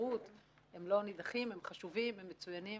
הם חשובים, הם מצויינים